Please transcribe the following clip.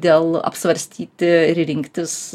dėl apsvarstyti ir rinktis